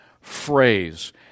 phrase